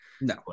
No